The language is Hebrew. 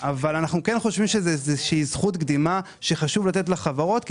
אבל אנחנו חושבים שזאת זכות קדימה שחשוב לתת לחברות,